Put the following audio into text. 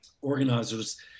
organizers